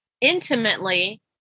intimately